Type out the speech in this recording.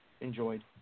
enjoyed